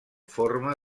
forma